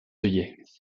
œillets